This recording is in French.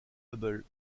hubble